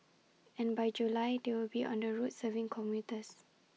and by July they will be on the roads serving commuters